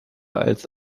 als